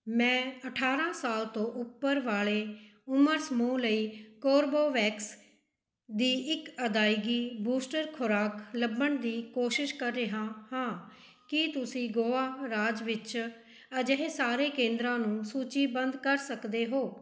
ਮੈਂ ਅਠਾਰ੍ਹਾਂ ਸਾਲ ਤੋਂ ਉੱਪਰ ਵਾਲੇ ਉਮਰ ਸਮੂਹ ਲਈ ਕੋਰਬੋਵੈਕਸ ਦੀ ਇੱਕ ਅਦਾਇਗੀ ਬੂਸਟਰ ਖੁਰਾਕ ਲੱਭਣ ਦੀ ਕੋਸ਼ਿਸ਼ ਕਰ ਰਿਹਾ ਹਾਂ ਕੀ ਤੁਸੀਂ ਗੋਆ ਰਾਜ ਵਿੱਚ ਅਜਿਹੇ ਸਾਰੇ ਕੇਂਦਰਾਂ ਨੂੰ ਸੂਚੀਬੱਧ ਕਰ ਸਕਦੇ ਹੋ